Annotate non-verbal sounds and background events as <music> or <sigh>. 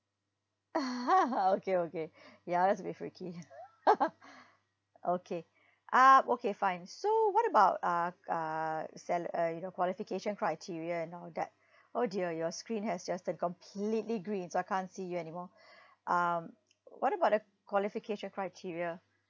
<laughs> okay okay <breath> ya was very freaky <laughs> okay uh okay fine so what about uh uh sel~ uh you know qualification criteria and all that oh dear your screen has just turned completely green so I can't see you anymore <breath> um what about the qualification criteria